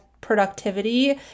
productivity